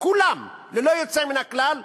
כולם ללא יוצא מן הכלל,